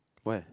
where